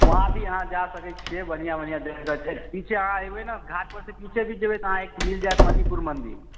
वहाँ भी अहाँ जा सकै छियै बढ़िआँ बढ़िआँ जगह छै पीछे आहाँ अयबै ने घाटपर सँ पीछे भी जेबै तऽ वहाँ एक मिल जायत मणिपुर मन्दिर